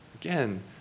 Again